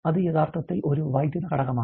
അത് യഥാർത്ഥത്തിൽ ഒരു വൈദ്യുത ഘടകമാണ്